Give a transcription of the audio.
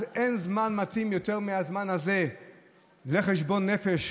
אז אין זמן מתאים יותר מהזמן הזה לחשבון נפש,